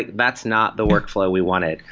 that's not the workflow we wanted.